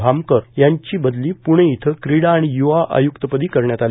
भापकर यांची बदली पूणे इथं क्रिडा आणि य्वा आय्क्त पदी करण्यात आली